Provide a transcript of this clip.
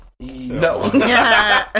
No